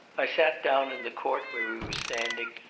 i sat down in the court where we were standing,